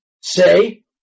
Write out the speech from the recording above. say